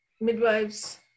midwives